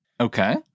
Okay